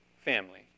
family